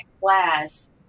class